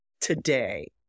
today